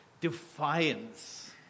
defiance